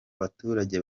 baturage